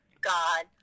god